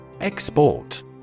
Export